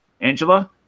Angela